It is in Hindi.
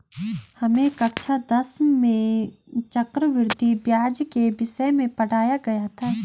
हमें कक्षा दस में चक्रवृद्धि ब्याज के विषय में पढ़ाया गया था